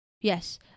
Yes